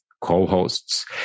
co-hosts